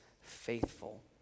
faithful